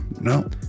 No